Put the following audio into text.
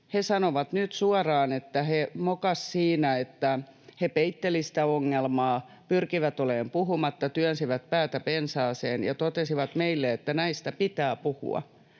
He sanovat nyt suoraan, että he mokasivat siinä, että he peittelivät sitä ongelmaa, pyrkivät olemaan puhumatta, työnsivät päätä pensaaseen, ja totesivat meille, että näistä pitää puhua.